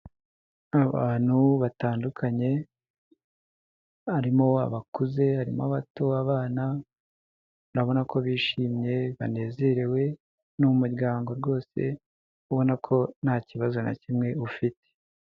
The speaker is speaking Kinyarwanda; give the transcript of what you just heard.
Abantu batandukanye, harimo abakuze, harimo abato, abana, urabona ko bishimye banezerewe, ni umuryango rwose ubona ko nta kibazo na kimwe ufite.